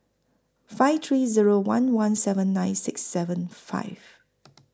five three Zero one one seven nine six seven five